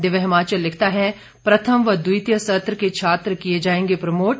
दिव्य हिमाचल लिखता है प्रथम व द्वितीय सत्र के छात्र किए जाएंगे प्रोमोट